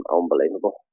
unbelievable